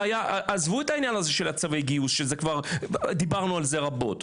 עזבו את העניין של צווי הגיוס שדיברנו על זה רבות.